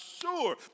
sure